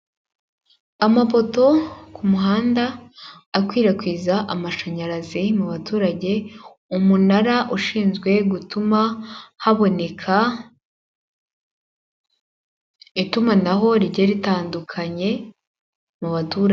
Amapoto ku muhada akwirakwiza umuriro mu baturage, umunara ushinzwe gutuma haboneka itumanaho rigiye ritandukanye mu baturage.